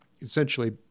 essentially